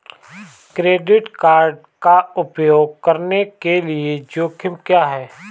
Credit card का उपयोग करने के जोखिम क्या हैं?